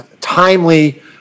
timely